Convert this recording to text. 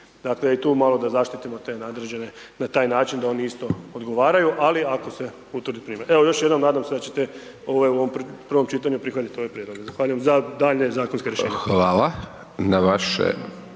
Dakle i tu malo da zaštitio te nadređene na taj način da oni isto odgovaraju, ali ako se utvrdi …/nerazumljivo/… Evo još jednom nadam se da ćete ovaj u ovom prvom čitanju prihvatit ovaj prijedlog. Zahvaljujem, da daljnje zakonske rješenje. **Hajdaš